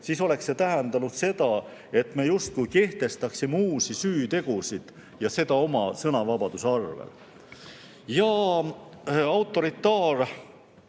siis oleks see tähendanud seda, et me justkui kehtestaksime uusi süütegusid, ja seda oma sõnavabaduse arvel. Autoritaarrežiimide